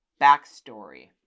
backstory